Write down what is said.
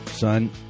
Son